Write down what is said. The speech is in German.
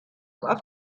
auf